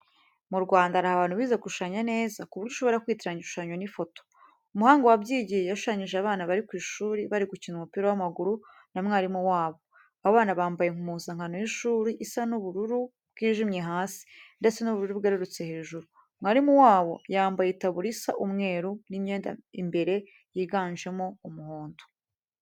Mu Rwanda hari abantu bize gushushanya neza ku buryo ushobora kwitiranya igishushanyo n'ifoto. Umuhanga wabyigiye yashushanyije abana bari kwishuri bari gukina umupira w'amaguru na mwarimu wabo, abo bana bambaye impuzankano y'ishuri isa ubururu bwijimye hasi, ndetse n'ubururu bwerurutse hejuru. Mwarimu wabo yambaye itaburiya isa umweru, n'imyenda imbere yiganjemo umuhondo.